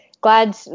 glad